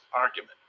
argument